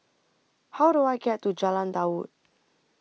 How Do I get to Jalan Daud